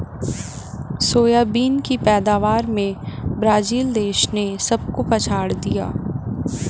soybean की पैदावार में ब्राजील देश ने सबको पछाड़ दिया